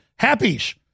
Happies